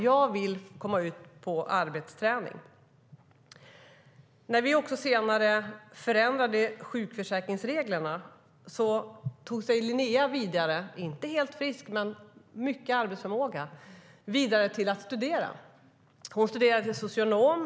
Jag vill komma ut på arbetsträning. När vi senare förändrade sjukförsäkringsreglerna tog sig Linnea vidare, inte helt frisk men med mycket arbetsförmåga, till att studera. Hon studerade till socionom.